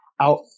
out